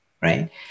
right